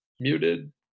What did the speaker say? muted